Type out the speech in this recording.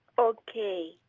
okay